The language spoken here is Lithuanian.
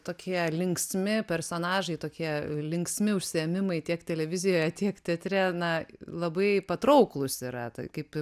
tokie linksmi personažai tokie linksmi užsiėmimai tiek televizijoje tiek teatre na labai patrauklūs yra tai kaip